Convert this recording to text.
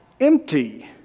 empty